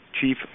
chief